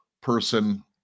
person